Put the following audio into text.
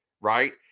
right